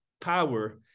power